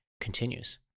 continues